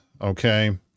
Okay